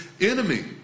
enemy